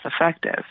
effective